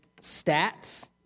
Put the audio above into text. stats